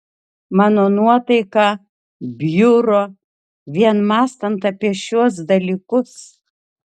mano nuotaika bjuro vien mąstant apie šiuos dalykus